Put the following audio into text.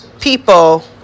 people